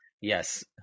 Yes